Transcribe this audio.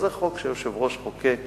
זה חוק שהיושב-ראש חוקק